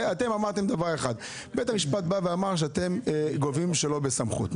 אתם אמרתם דבר אחד: בית המשפט בא ואמר שאתם גובים שלא בסמכות.